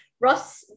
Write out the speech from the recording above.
Ross